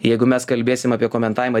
jeigu mes kalbėsim apie komentavimą